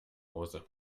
hause